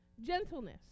gentleness